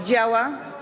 Działa?